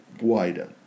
wider